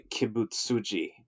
Kibutsuji